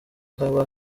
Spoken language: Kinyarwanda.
haba